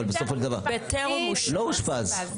ובסופו של דבר לא אושפז.